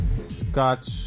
Scotch